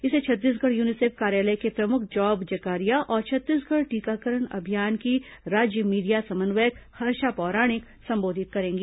इसे छत्तीसगढ़ यूनिसेफ कार्यालय के प्रमुख जॉब जकारिया और छत्तीसगढ़ टीकाकरण अभियान की राज्य मीडिया समन्वयक हर्षा पौराणिक संबोधित करेंगी